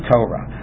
Torah